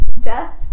death